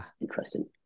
interesting